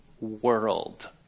world